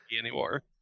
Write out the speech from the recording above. anymore